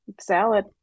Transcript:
salad